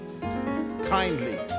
kindly